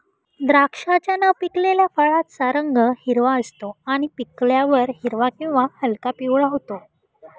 द्राक्षाच्या न पिकलेल्या फळाचा रंग हिरवा असतो आणि पिकल्यावर हिरवा किंवा हलका पिवळा होतो